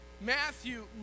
Matthew